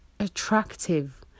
Attractive